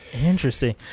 interesting